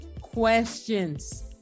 questions